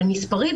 מספרית,